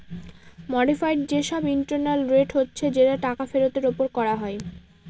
modified যে সব internal rate হচ্ছে যেটা টাকা ফেরতের ওপর করা হয়